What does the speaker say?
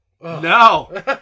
No